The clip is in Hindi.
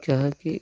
क्या है कि